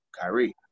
Kyrie